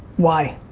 why?